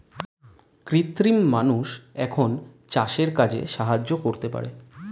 কৃত্রিম মানুষ এখন চাষের কাজে সাহায্য করতে পারে